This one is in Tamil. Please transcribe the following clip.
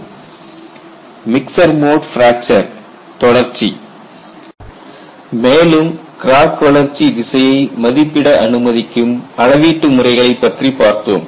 Mixed Mode Fracture Continued mixed mode fracture தொடர்ச்சி மேலும் கிராக் வளர்ச்சி திசையை மதிப்பிட அனுமதிக்கும் அளவீட்டு முறைகளை பற்றி பார்த்தோம்